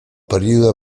període